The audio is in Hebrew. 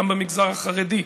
גם במגזר החרדי,